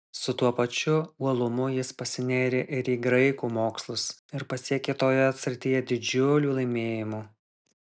su tuo pačiu uolumu jis pasinėrė ir į graikų mokslus ir pasiekė toje srityje didžiulių laimėjimų